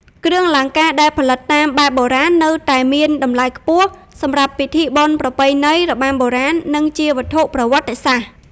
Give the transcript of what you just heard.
គ្រឿងអលង្ការដែលផលិតតាមបែបបុរាណនៅតែមានតម្លៃខ្ពស់សម្រាប់ពិធីបុណ្យប្រពៃណី របាំបុរាណ និងជាវត្ថុប្រវត្តិសាស្ត្រ។